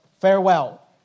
farewell